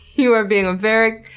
you're being. a. very.